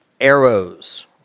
arrows